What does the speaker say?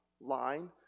line